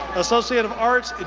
associate of arts,